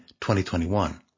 2021